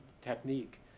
technique